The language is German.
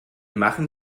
machen